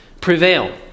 prevail